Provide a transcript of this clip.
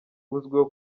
uzwiho